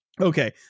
okay